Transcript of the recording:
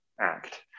act